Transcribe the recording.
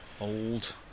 old